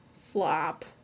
flop